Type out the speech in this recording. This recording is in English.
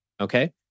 okay